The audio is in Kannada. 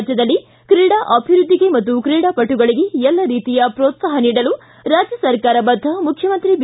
ರಾಜ್ಯದಲ್ಲಿ ತ್ರೀಡಾ ಅಭಿವೃದ್ಧಿಗೆ ಮತ್ತು ತ್ರೀಡಾಪಟುಗಳಿಗೆ ಎಲ್ಲ ರೀತಿಯ ಪ್ರೋತ್ಲಾಪ ನೀಡಲು ರಾಜ್ಯ ಸರ್ಕಾರ ಬದ್ದ ಮುಖ್ಚಮಂತ್ರಿ ಬಿ